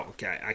Okay